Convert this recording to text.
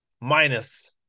Minus